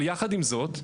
אבל יחד עם זאת,